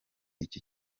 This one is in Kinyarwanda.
iki